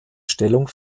stellung